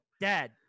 dad